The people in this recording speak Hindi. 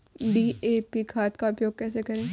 डी.ए.पी खाद का उपयोग कैसे करें?